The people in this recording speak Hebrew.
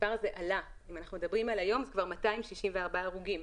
המספר הזה כבר עלה ואנחנו מדברים כבר על 264 הרוגים.